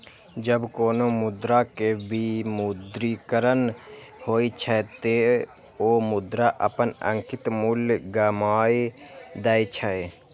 जब कोनो मुद्रा के विमुद्रीकरण होइ छै, ते ओ मुद्रा अपन अंकित मूल्य गमाय दै छै